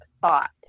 thought